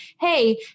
Hey